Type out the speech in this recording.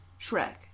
Shrek